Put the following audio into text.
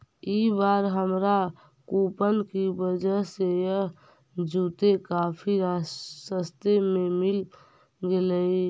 ई बार हमारा कूपन की वजह से यह जूते काफी सस्ते में मिल गेलइ